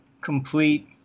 complete